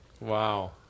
Wow